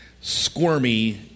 squirmy